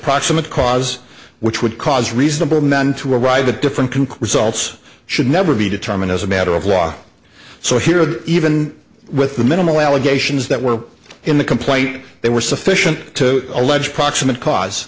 proximate cause which would cause reasonable man to arrive at different concrete salts should never be determined as a matter of law so here even with the minimal allegations that were in the complaint they were sufficient to allege proximate cause